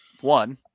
One